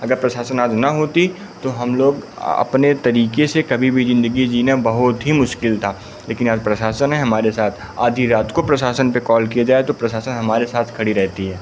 अगर प्रशासन आज ना होता तो हम लोग अपने तरीक़े से कभी भी ज़िंदगी जीना बहुत ही मुश्किल था लेकिन आज प्रशासन है हमारे साथ आधी रात को प्रशासन पर कॉल किया जाए तो प्रशासन हमारे साथ खड़ी रहती है